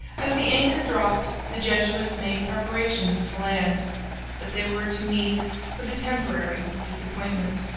as the anchor dropped, the jesuits made preparations to land but they were to meet with a temporary disappointment.